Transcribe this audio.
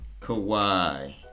Kawhi